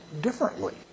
differently